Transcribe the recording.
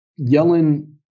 Yellen